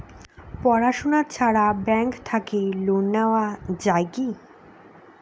পড়াশুনা ছাড়া ব্যাংক থাকি লোন নেওয়া যায় কি?